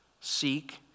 seek